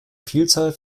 vielzahl